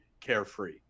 carefree